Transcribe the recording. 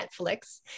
Netflix